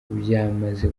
byamaze